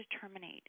terminate